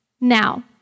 Now